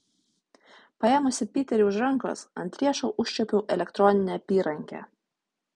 paėmusi piterį už rankos ant riešo užčiuopiau elektroninę apyrankę